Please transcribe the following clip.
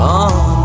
on